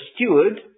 steward